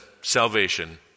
salvation